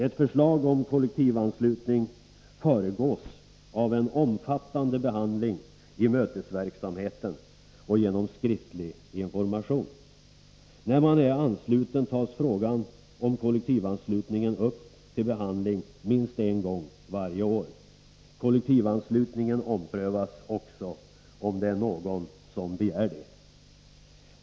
Ett förslag om kollektivanslutning föregås av en omfattande behandling i mötesverksamheten och genom skriftlig information. När man är ansluten tas frågan om kollektivanslutningen upp till diskussion minst en gång varje år. Kollektivanslutningen omprövas också, om någon så begär.